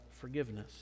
forgiveness